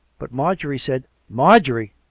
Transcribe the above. but marjorie said marjorie!